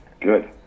Good